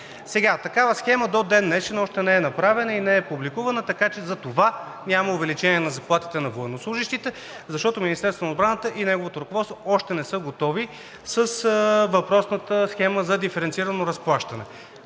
Такава схема до ден днешен още не е направена и не е публикувана, така че затова няма увеличение на заплатите на военнослужещите, защото Министерството на отбраната и неговото ръководство още не са готови с въпросната схема за диференцирано разплащане.